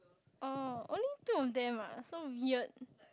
oh only two of them ah so weird